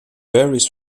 varies